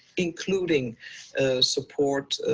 including support,